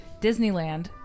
Disneyland